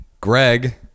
Greg